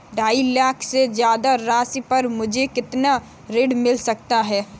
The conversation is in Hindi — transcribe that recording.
ढाई लाख से ज्यादा राशि पर मुझे कितना ऋण मिल सकता है?